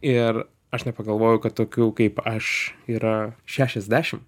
ir aš nepagalvoju kad tokių kaip aš yra šešiasdešim